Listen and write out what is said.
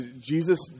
Jesus